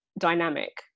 dynamic